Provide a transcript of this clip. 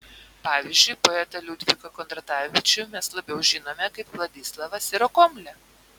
pavyzdžiui poetą liudviką kondratavičių mes labiau žinome kaip vladislavą sirokomlę